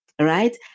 right